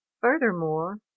furthermore